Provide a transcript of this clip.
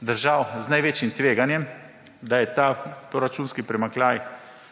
držav z največjim tveganjem, da je ta proračunski